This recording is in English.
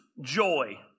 joy